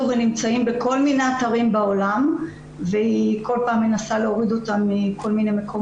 ונמצאים בכל מיני אתרים בעולם וכל פעם היא מנסה להוריד אותם מהם אבל